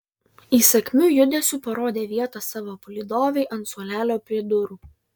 įsakmiu judesiu parodė vietą savo palydovei ant suolelio prie durų